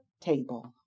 Table